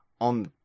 on